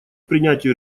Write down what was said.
принятию